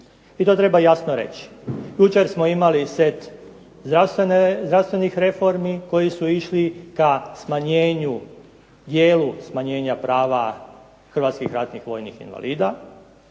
i to treba jasno reći. Jučer smo imali set zdravstvenih reformi koji su išli ka smanjenju, dijelu smanjenja prava hrvatskih ratnih vojnih invalida,